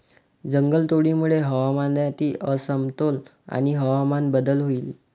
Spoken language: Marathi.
जंगलतोडीमुळे हवामानातील असमतोल आणि हवामान बदल होईल